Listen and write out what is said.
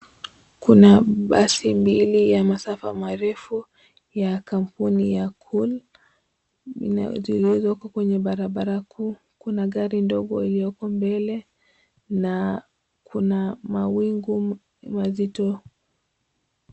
Kuna basi mbili ya masafa marefu ya kampuni ya Cool inayotokea barabara kuu. Kuna gari ndogo ilyooko mbele na Kuna mawingu mazito.